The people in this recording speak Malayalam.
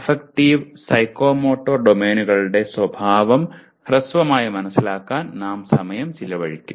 അഫക്റ്റീവ് സൈക്കോമോട്ടോർ ഡൊമെയ്നുകളുടെ സ്വഭാവം ഹ്രസ്വമായി മനസിലാക്കാൻ നാം സമയം ചിലവഴിക്കും